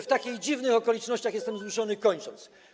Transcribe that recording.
W takich dziwnych okolicznościach jestem zmuszony kończyć.